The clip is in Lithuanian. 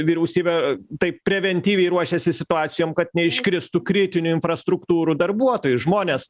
vyriausybė taip preventyviai ruošiasi situacijom kad neiškristų kritinių infrastruktūrų darbuotojai žmonės